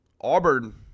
Auburn